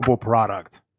product